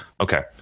okay